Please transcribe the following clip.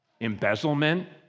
embezzlement